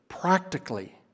Practically